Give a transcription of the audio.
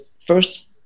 first